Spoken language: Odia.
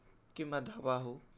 କିମ୍ବା ଢାବା ହେଉ